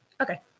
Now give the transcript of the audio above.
Okay